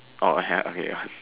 oh I have okay